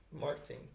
marketing